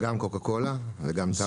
גם קוקה קולה וגם טרה.